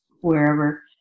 wherever